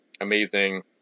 amazing